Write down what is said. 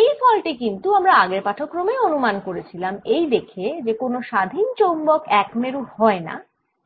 এই ফল টি কিন্তু আমরা আগের পাঠক্রমেই অনুমান করেছিলাম এই দেখে যে কোন স্বাধীন চৌম্বক একমেরু হয়না